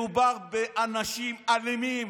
מדובר באנשים אלימים,